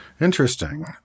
Interesting